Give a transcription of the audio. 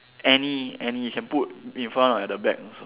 any any you can put in front or at the back also